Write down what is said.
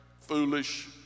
foolish